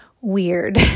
weird